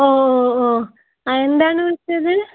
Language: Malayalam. ഓ ഓ ഓ ഓ ആ എന്താണ് വിളിച്ചത്